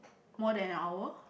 more than an hour